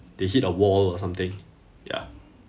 they hit a wall or something ya